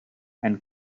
and